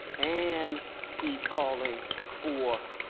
and he's calling for